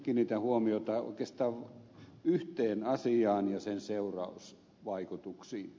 kiinnitän huomiota oikeastaan yhteen asiaan ja sen seurausvaikutuksiin